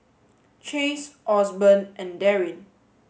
Chase Osborn and Darryn